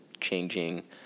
changing